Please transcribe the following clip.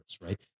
right